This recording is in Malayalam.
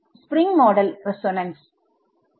spring model resonances